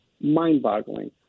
mind-boggling